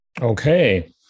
Okay